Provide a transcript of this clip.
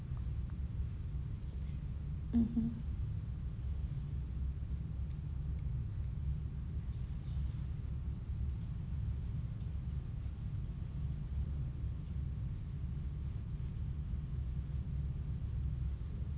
mmhmm